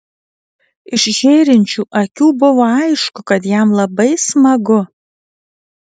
iš žėrinčių akių buvo aišku kad jam labai smagu